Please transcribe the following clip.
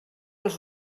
els